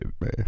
man